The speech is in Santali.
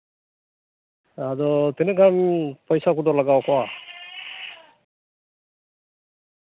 ᱟᱫᱚ ᱛᱤᱱᱟᱹᱜ ᱜᱟᱱ ᱯᱚᱭᱥᱟ ᱠᱚᱫᱚ ᱞᱟᱜᱟᱣ ᱠᱚᱜᱼᱟ